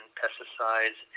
pesticides